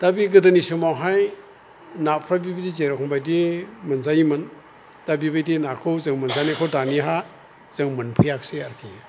दा बे गोदोनि समावहाय नाफ्रा बेबायदि जेरखम बायदि मोनजायोमोन दा बेबायदि नाखौ जों मोनजानायखौ दानिहा जों मोनफैयासै आरोखि